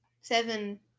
seven